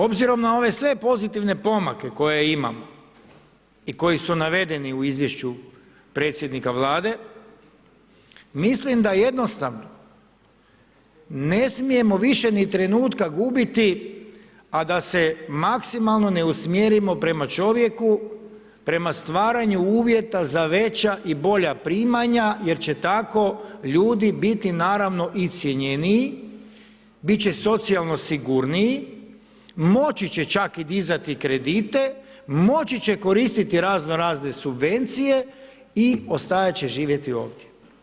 Obzirom na ove sve pozitivne pomake koje imamo i koji su navedeni u izvješću predsjednika Vlade, mislim da jednostavno ne smijemo više ni trenutka gubiti, a da se maksimalno ne usmjerimo prema čovjeku, prema stvaranju uvjeta za veća i bolja primanja jer će tako ljudi biti naravno i cjenjeniji, bit će socijalno sigurniji, moći će čak i dizati kredite, moći će koristiti razno razne subvencije i ostajat će živjeti ovdje.